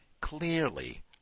clearly